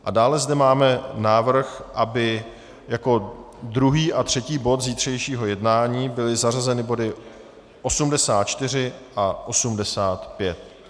A dále zde máme návrh, aby jako druhý a třetí bod zítřejšího jednání byly zařazeny body 84 a 85.